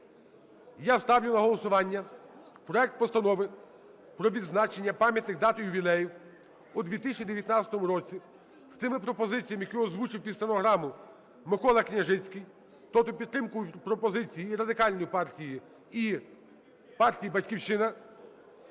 Я ставлю на голосування проект Постанови про відзначення пам'ятних дат і ювілеїв у 2019 році з тими пропозиціями, які озвучив під стенограму Микола Княжицький, про підтримку пропозицій і Радикальної партії, і партії "Батьківщина",